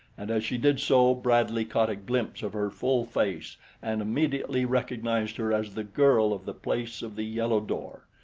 and as she did so, bradley caught a glimpse of her full face and immediately recognized her as the girl of the place of the yellow door.